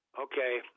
Okay